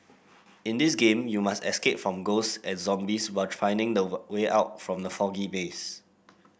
in this game you must escape from ghost and zombies while finding the were way out from the foggy maze